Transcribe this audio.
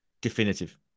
definitive